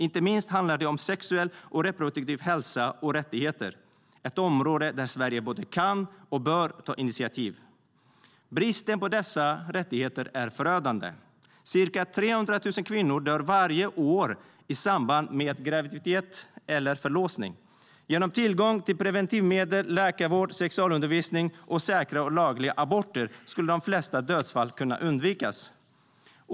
Inte minst handlar det om sexuell och reproduktiv hälsa och rättigheter. Det är ett område där Sverige både kan och bör ta initiativ. Bristen på dessa rättigheter är förödande. Ca 300 000 kvinnor dör varje år i samband med graviditet eller förlossning. Genom tillgång till preventivmedel, läkarvård, sexualundervisning och säkra och lagliga aborter skulle de flesta dödsfall kunna undvikas.